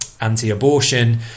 anti-abortion